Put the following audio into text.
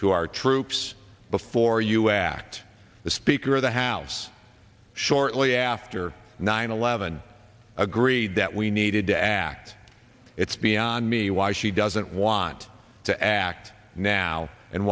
to our troops before us act the speaker of the house shortly after nine eleven agreed that we needed to act it's beyond me why she doesn't want to act now and